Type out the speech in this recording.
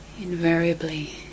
invariably